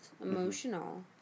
emotional